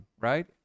right